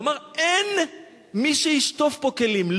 והוא אמר: אין מי שישטוף פה כלים.